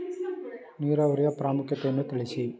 ನೀರಾವರಿಯ ಪ್ರಾಮುಖ್ಯತೆ ಯನ್ನು ತಿಳಿಸಿ?